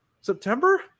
September